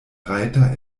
rajta